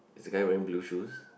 is the guy wearing blue shoes